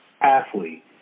athlete